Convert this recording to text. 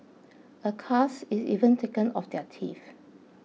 a cast is even taken of their teeth